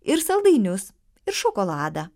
ir saldainius ir šokoladą